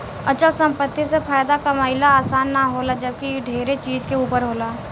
अचल संपत्ति से फायदा कमाइल आसान ना होला जबकि इ ढेरे चीज के ऊपर होला